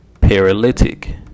paralytic